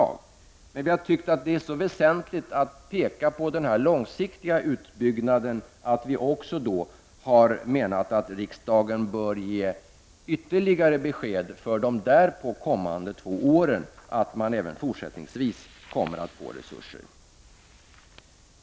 Vi i centern har tyckt att det är så väsentligt att framhålla den långsiktiga utbyggnaden att vi också har menat att riksdagen bör ge besked om att resurser kommer att ställas till förfogande även för de därpå följande två åren.